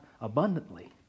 abundantly